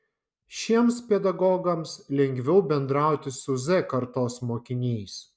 šiems pedagogams lengviau bendrauti su z kartos mokiniais